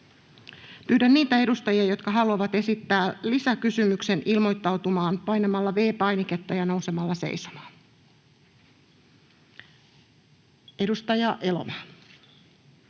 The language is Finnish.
Pyydän niitä edustajia, jotka haluavat esittää lisäkysymyksen, ilmoittautumaan painamalla V-painiketta ja nousemalla seisomaan. — Edustaja Elomaa.